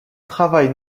travaille